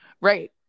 right